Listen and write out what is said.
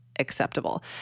acceptable